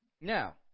now